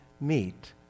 meet